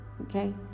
okay